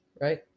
right